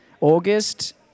August